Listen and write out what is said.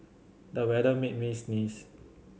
the weather made me sneeze